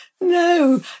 No